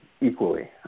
equally